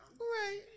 Right